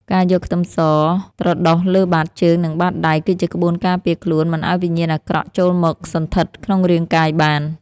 ការយកខ្ទឹមសមកត្រដុសលើបាតជើងនិងបាតដៃគឺជាក្បួនការពារខ្លួនមិនឱ្យវិញ្ញាណអាក្រក់ចូលមកសណ្ឋិតក្នុងរាងកាយបាន។